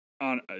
on